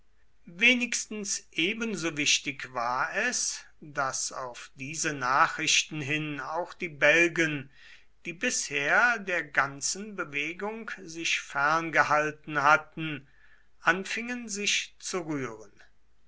wenigstens ebensowichtig war es daß auf diese nachrichten hin auch die belgen die bisher der ganzen bewegung sich ferngehalten hatten anfingen sich zu rühren